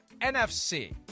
NFC